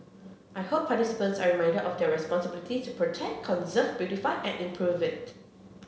I hope participants are reminded of their responsibility to protect conserve beautify and improve it